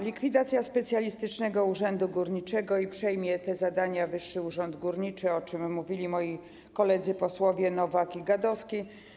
Likwidacja Specjalistycznego Urzędu Górniczego, te zadania przejmie Wyższy Urząd Górniczy, o czym mówili moi koledzy posłowie Nowak i Gadowski.